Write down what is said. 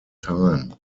time